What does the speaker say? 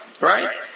right